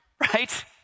Right